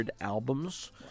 albums